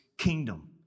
kingdom